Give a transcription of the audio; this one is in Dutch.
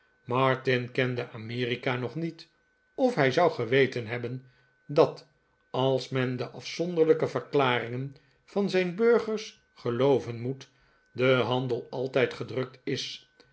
martin kende amerika nog niet of hij zou geweten hebben dat als men de afzonderlijke verklaringen van zijn burgers gelooven moet de handel altijd gedrukt is